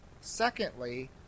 Secondly